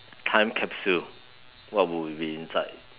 time capsule what will be inside